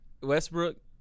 Westbrook